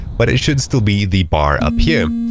but it should still be the bar up here.